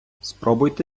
спробуйте